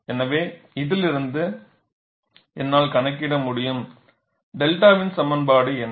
எனவே இதிலிருந்து என்னால் கணக்கிட முடியும் 𝛅 வின் சமன்பாடு என்ன